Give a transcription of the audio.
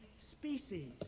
species